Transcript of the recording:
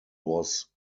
was